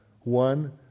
One